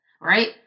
right